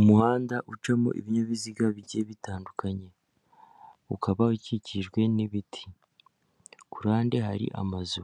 Umuhanda ucamo ibinyabiziga bijye bitandukanye ukaba ukikijwe n'ibiti kurande hari amazu